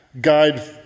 guide